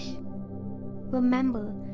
remember